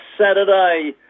Saturday